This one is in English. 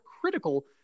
critical